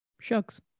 Shucks